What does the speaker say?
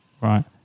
Right